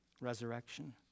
resurrection